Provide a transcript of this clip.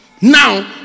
Now